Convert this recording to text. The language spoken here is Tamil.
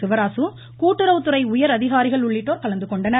சிவராசு கூட்டுறவுத்துறை உயர் அதிகாரிகள் உள்ளிட்டோர் கலந்துகொண்டனர்